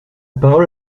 parole